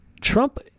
Trump